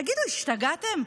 תגידו, השתגעתם?